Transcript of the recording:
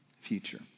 future